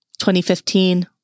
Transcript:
2015